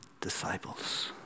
disciples